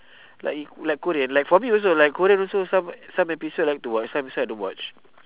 like like korean like for me also like korean also some some episode I like to watch some episode I don't watch